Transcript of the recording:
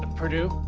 ah purdue.